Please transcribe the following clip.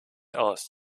aus